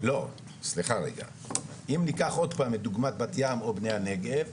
אם ניקח עוד פעם את דוגמת בת-ים או בני הנגב,